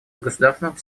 государственном